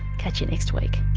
catch you next week